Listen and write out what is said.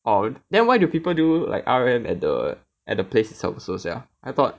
orh then why do people do like R_O_M at the at the place itself also sia I thought